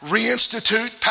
Reinstitute